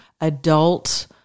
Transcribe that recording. adult